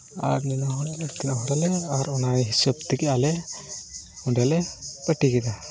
ᱟᱨ ᱱᱤᱱᱟᱹᱜ ᱦᱚᱲ ᱛᱤᱱᱟᱹᱜ ᱦᱚᱲᱟᱞᱮ ᱟᱨ ᱚᱱᱟ ᱦᱤᱥᱟᱹᱵ ᱛᱮᱜᱮ ᱟᱞᱮ ᱚᱸᱰᱮ ᱞᱮ ᱯᱟᱹᱴᱤᱠᱮᱫᱟ